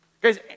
Guys